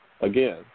Again